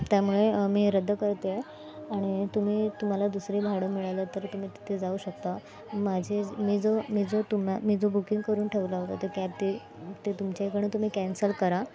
त्यामुळे मी रद्द करत आहे आणि तुम्ही तुम्हाला दुसरी भाडं मिळालं तर तुम्ही तिथे जाऊ शकता माझे जे मी जो मी जो तुम्ही मी जो बुकिंग करून ठेवला होता तो कॅब ते ते तुमच्या इकडनं तुम्ही कॅन्सल करा